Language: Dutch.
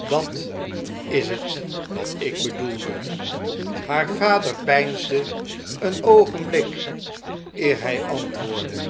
dat is het wat ik bedoelde haar vader peinsde een oogenblik eer hjj antwoordde